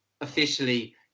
officially